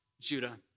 Judah